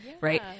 Right